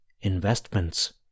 investments